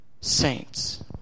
Saints